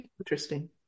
Interesting